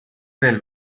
del